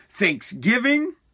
Thanksgiving